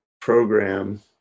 program